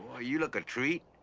you look a treat.